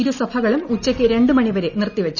ഇരുസഭകളും ഉച്ചയ്ക്ക് രണ്ട് മണിവരെ നിർത്തിവെച്ചു